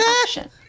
action